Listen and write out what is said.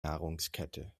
nahrungskette